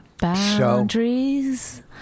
Boundaries